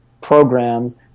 programs